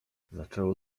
zaczęło